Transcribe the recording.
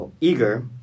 eager